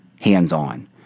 hands-on